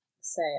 say